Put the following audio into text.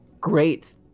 great